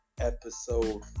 episode